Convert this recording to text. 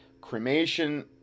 cremation